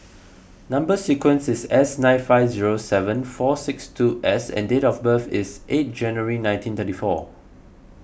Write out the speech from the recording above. Number Sequence is S nine five zero seven four six two S and date of birth is eight January nineteen thirty four